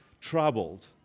troubled